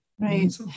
Right